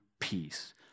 peace